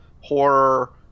horror